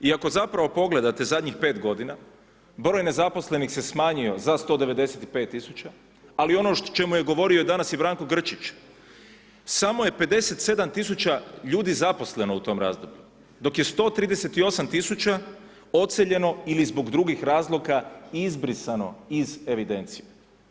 I ako zapravo pogledate zadnjih 5 godina, broj nezaposlenih se smanjio za 195.000, ali ono o čemu je govorio danas i Branko Grčić, samo je 57.000 zaposleno u tom razdoblju, dok je 138.000 odseljeno ili zbog drugih razloga izbrisano iz evidencije.